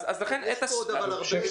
יש פה עוד הרבה דוברים.